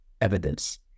evidence